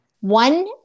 One